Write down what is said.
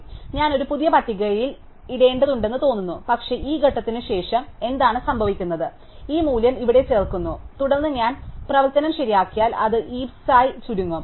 അതിനാൽ ഞാൻ ഒരു പുതിയ പട്ടികയിൽ ഇടേണ്ടതുണ്ടെന്ന് തോന്നുന്നു പക്ഷേ ഈ ഘട്ടത്തിന് ശേഷം എന്താണ് സംഭവിക്കുന്നത് ഈ മൂല്യം ഇവിടെ ചേർക്കുന്നു തുടർന്ന് ഞാൻ പ്രവർത്തനം ശരിയാക്കിയാൽ അത് ഹീപ്സ്സായ് ചുരുങ്ങും